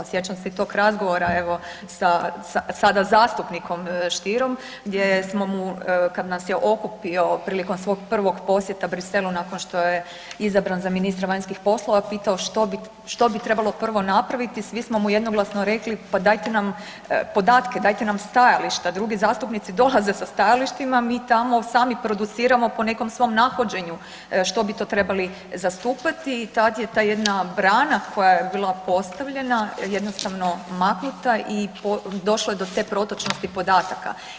Sjećam se i tog razgovora evo sada zastupnikom Stierom gdje smo mu kad nas je okupio prilikom svog prvog posjeta Bruxellesu nakon što je izabran za ministra vanjskih poslova, pitao što bi trebalo prvo napraviti, svi smo mu jednoglasno rekli pa dajte nam podatke, dajte nam stajališta, drugi zastupnici dolaze sa stajalištima, mi tamo sami produciramo po nekom svom nahođenju što bi to trebali zastupati i tad je ta jedna brana koja je bila postavljena, jednostavno maknuta i došlo je do te protočnosti podataka.